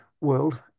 world